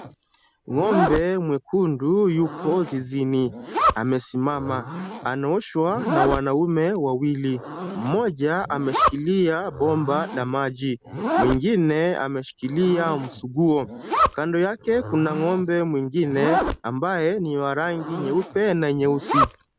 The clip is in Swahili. Ng'ombe mwekundu yupo zizini amesimama. Anaoshwa na wanaume wawili, mmoja ameshikilia bomba la maji, mwingine ameshikilia msuguo. Kando yake kuna ng'ombe mwingine ambaye ni wa rangi nyeupe na nyeusi.